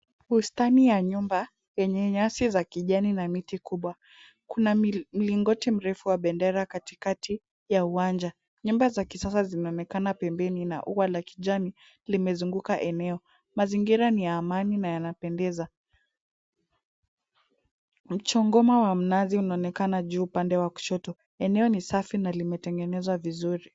Bustani ya nyumba yenye nyasi za kijani na miti kubwa. Kuna mlingoti mrefu wa bendera katikati ya uwanja. Nyumba za kisasa zinaonekana pembeni na ua la kijani limezunguka eneo. Mazingira ni ya amani na yanapendeza. Mchongoma wa mnazi unaonekana juu upande wa kushoto. Eneo ni safi na limetengenezwa vizuri.